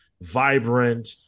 vibrant